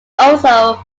also